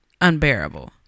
unbearable